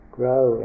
grow